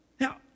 Now